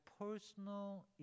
personal